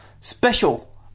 special